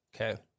Okay